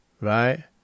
Right